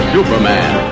Superman